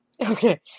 Okay